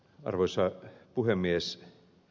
arvoisa puhemies